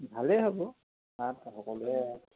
ভালেই হ'ব তাত সকলোৱে